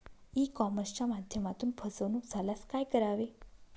E कॉमर्सच्या माध्यमातून फसवणूक झाल्यास काय करावे?